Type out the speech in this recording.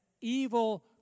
evil